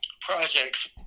projects